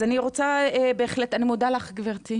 אז אני מודה לך גברתי,